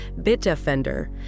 Bitdefender